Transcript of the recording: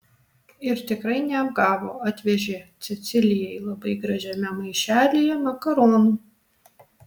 ir tikrai neapgavo atvežė cecilijai labai gražiame maišelyje makaronų